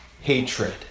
hatred